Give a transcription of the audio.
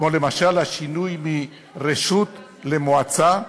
כמו למשל השינוי מ"רשות" ל"מועצה",